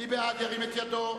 מי נגד?